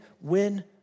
win